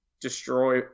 destroy